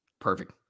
Perfect